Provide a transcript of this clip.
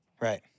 Right